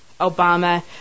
Obama